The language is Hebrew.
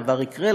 הדבר יקרה,